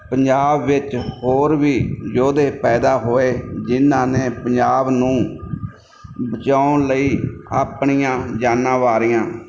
ਪੰਜਾਬ ਵਿੱਚ ਹੋਰ ਵੀ ਯੋਧੇ ਪੈਦਾ ਹੋਏ ਜਿਹਨਾਂ ਨੇ ਪੰਜਾਬ ਨੂੰ ਬਚਾਉਣ ਲਈ ਆਪਣੀਆਂ ਜਾਨਾਂ ਵਾਰੀਆਂ